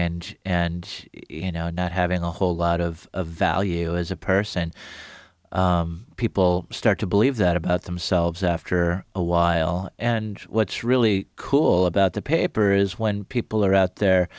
and and you know not having a whole lot of value as a person people start to believe that about themselves after a while and what's really cool about the paper is when people are out there